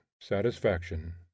satisfaction